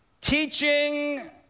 teaching